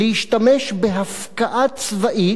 להשתמש בהפקעה צבאית,